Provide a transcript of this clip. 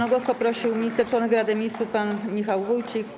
O głos poprosił minister - członek Rady Ministrów pan Michał Wójcik.